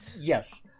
Yes